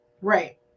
Right